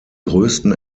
größten